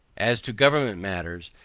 as to government matters,